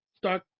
start